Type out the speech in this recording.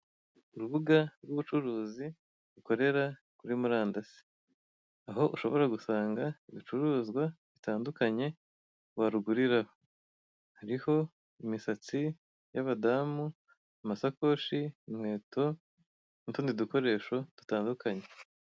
Urubuga rw'ubucuruzi rukorera kuri murandasi aho ushobora gusanga ibicuruzwa bitandukanye waruguriraho hariho imisatsi y'abadamu, amasakoshi, inkweto n'utundi dukoresho dutandukanye.